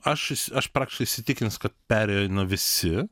aš aš praktiškai įsitikinęs kad perėjo nu visi